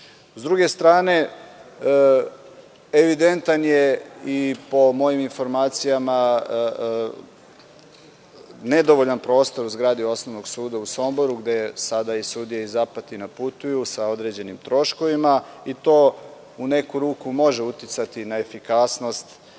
druge strane evidentan je i po mojim informacija nedovoljan prostor u zgradi Osnovnog suda u Somboru, gde sada i sudije iz Apatina putuju, sa određenim troškovima. To u neku ruku može uticati na efikasnost